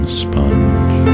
sponge